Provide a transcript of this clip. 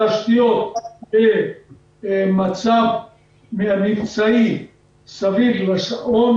תשתיות במצב מבצעי מסביב לשעון,